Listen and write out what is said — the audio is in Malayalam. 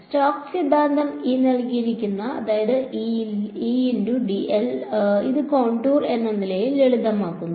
സ്റ്റോക്സ് സിദ്ധാന്തം ഇത് കോണ്ടൂർ എന്ന നിലയിൽ ലളിതമാക്കുന്നു